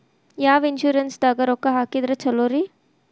ಯಾವ ಇನ್ಶೂರೆನ್ಸ್ ದಾಗ ರೊಕ್ಕ ಹಾಕಿದ್ರ ಛಲೋರಿ?